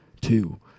two